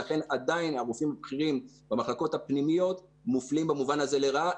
ולכן עדיין הרופאים הבכירים במחלקות הפנימיות מופלים במובן הזה לרעה,